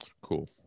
Cool